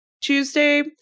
Tuesday